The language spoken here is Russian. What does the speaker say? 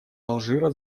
алжира